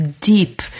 deep